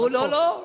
לא לא.